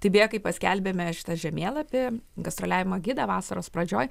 tai beje kai paskelbėme šitą žemėlapį gastroliavimo gidą vasaros pradžioje